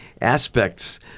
aspects